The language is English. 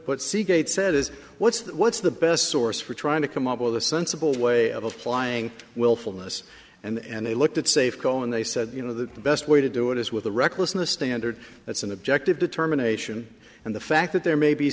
what seagate said is what's the what's the best source for trying to come up with a sensible way of applying willfulness and they looked at safeco and they said you know the best way to do it is with a recklessness standard that's an objective determination and the fact that there may be